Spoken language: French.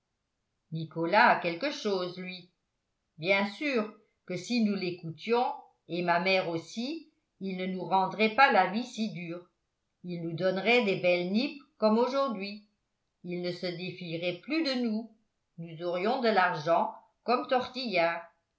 nicolas a quelque chose lui bien sûr que si nous l'écoutions et ma mère aussi ils ne nous rendraient pas la vie si dure ils nous donneraient des belles nippes comme aujourd'hui ils ne se défieraient plus de nous nous aurions de l'argent comme tortillard